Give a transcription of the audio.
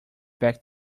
back